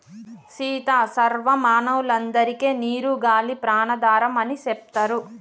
సీత సర్వ మానవులందరికే నీరు గాలి ప్రాణాధారం అని సెప్తారు